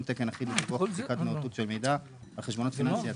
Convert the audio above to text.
תקן אחיד לדיווח ולבדיקת נאותות של מידע על חשבונות פיננסיים),